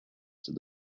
said